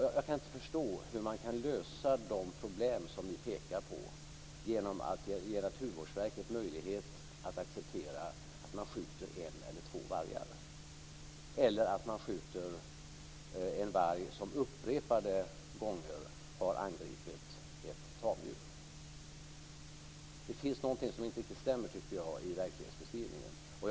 Jag kan inte förstå hur man kan lösa de problem som ni pekar på genom att ge Naturvårdsverket möjlighet att acceptera att man skjuter en eller två vargar, eller att man skjuter en varg som upprepade gånger har angripit ett tamdjur. Det är någonting som inte riktigt stämmer i verklighetsbeskrivningen.